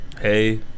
hey